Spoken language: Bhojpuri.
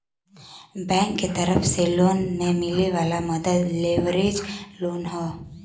बैंक के तरफ से लोन में मिले वाला मदद लेवरेज लोन हौ